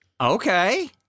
Okay